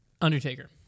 Undertaker